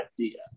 idea